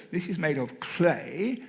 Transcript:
this is made of clay,